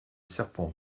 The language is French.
serpent